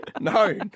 no